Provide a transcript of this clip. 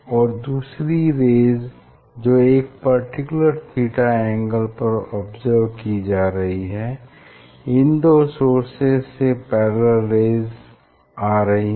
और दूसरी रेज़ जो एक पर्टिकुलर थीटा एंगल पर ऑब्ज़र्व की जा रही हैं इन दो सोर्सेज से पैरेलल रेज़ आ रही हैं